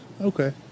Okay